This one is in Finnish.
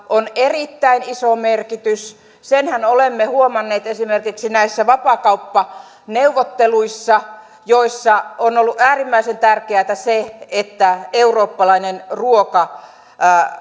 on erittäin iso merkitys senhän olemme huomanneet esimerkiksi näissä vapaakauppaneuvotteluissa joissa on ollut äärimmäisen tärkeätä se että eurooppalainen ruoka